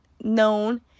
known